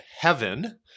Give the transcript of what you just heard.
Heaven